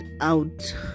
out